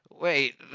Wait